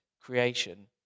creation